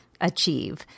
achieve